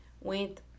went